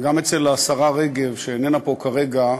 וגם אצל השרה רגב, שאיננה פה כרגע,